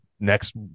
next